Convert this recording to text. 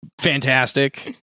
Fantastic